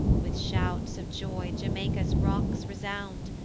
with shouts of joy jamaica's rocks resound,